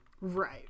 Right